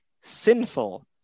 sinful